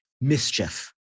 mischief